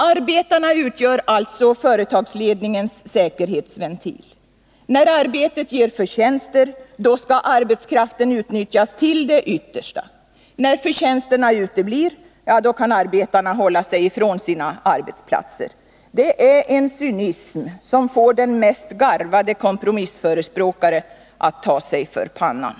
Arbetarna utgör alltså företagsledningens säkerhetsventil. När arbetet ger förtjänster, då skall arbetskraften utnyttjas till det yttersta. Men när förtjänsterna uteblir, då kan arbetarna hålla sig ifrån sina arbetsplatser. Det är en cynism som får den mest garvade kompromissförespråkare att ta sig för pannan.